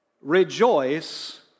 Rejoice